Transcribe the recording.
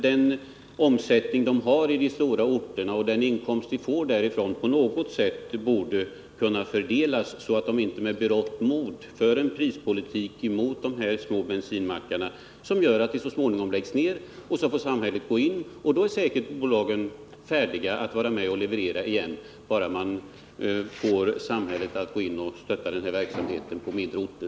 Den omsättning de har på de stora orterna och den inkomst de får därifrån borde på något sätt kunna fördelas, så att bolagen inte med berått mod för en prispolitik mot de här små bensinmackarna som gör att dessa så småningom läggs ner. Det får till följd att samhället måste gå in och stödja verksamheten på mindre orter, och då är säkert bensinbolagen beredda att vara med och leverera igen.